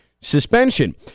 suspension